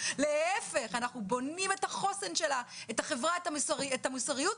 להיפך אנחנו בונים את החוסן החברתי ואת המוסריות,